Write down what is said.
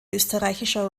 österreichischer